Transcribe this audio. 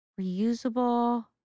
reusable